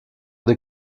des